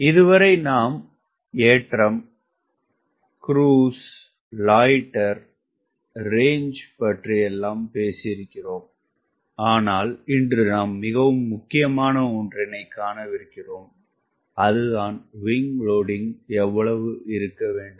இதுவரை நாம் ஏற்றம் குரூஸ் லாயிட்டர் ரேஞ்ச் பற்றியெல்லாம் பேசியிருக்கிறோம் ஆனால் இன்று நாம் மிகவும் முக்கியமான ஒன்றனைக் காணவிருக்கிறோம் விங்க் லோடிங்க் எவ்வளவு இருக்கவேண்டும்